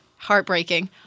Heartbreaking